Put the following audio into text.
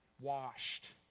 washed